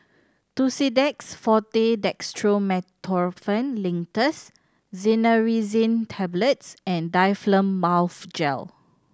Tussidex Forte Dextromethorphan Linctus Cinnarizine Tablets and Difflam Mouth Gel